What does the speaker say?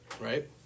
Right